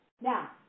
Now